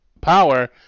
power